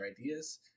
ideas